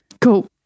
Cool